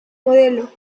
modelo